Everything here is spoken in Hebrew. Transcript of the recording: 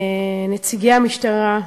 נציגי המשטרה,